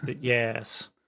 Yes